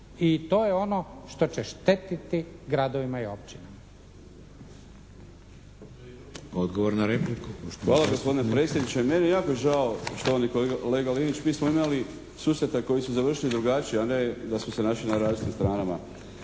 I to je ono što će štetiti gradovima i općinama.